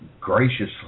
graciously